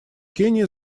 кения